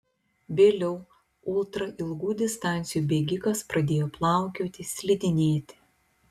vėliau ultra ilgų distancijų bėgikas pradėjo plaukioti slidinėti